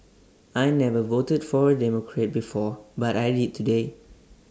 I never voted for A Democrat before but I did today